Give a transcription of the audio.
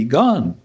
gone